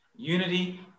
Unity